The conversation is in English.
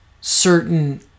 certain